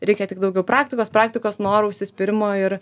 reikia tik daugiau praktikos praktikos noro užsispyrimo ir